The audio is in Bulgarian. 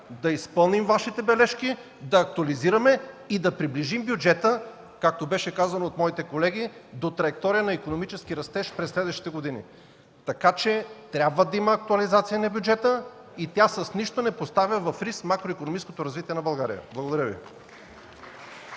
Да изпълним Вашите бележки, да актуализираме и да приближим бюджета, както беше казано от моите колеги, до траектория на икономически растеж през следващите години. Така че трябва да има актуализация на бюджета и тя с нищо не поставя в риск макроикономическото развитие на България. Благодаря Ви.